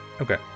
Okay